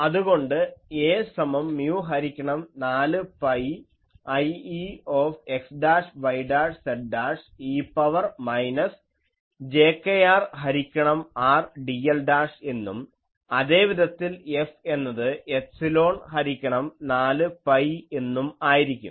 അതുകൊണ്ട് A സമം mu ഹരിക്കണം 4 pi Iexyz e power minus jkR ഹരിക്കണം R dl എന്നും അതേ വിധത്തിൽ F എന്നത് എഫ്സിലോൺ ഹരിക്കണം 4 pi എന്നും ആയിരിക്കും